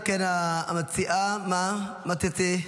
אם כן, המציעה, מה תרצי?